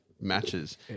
matches